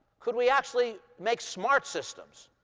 could we actually make smart systems?